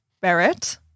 Barrett